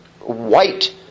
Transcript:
white